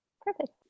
Perfect